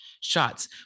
shots